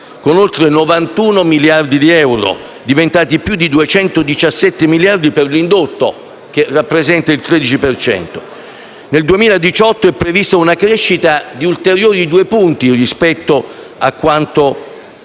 con oltre 91 miliardi di euro, diventati più di 217 miliardi per l'indotto, che rappresenta il 13 per cento. Nel 2018 è prevista una crescita di ulteriori due punti rispetto a quanto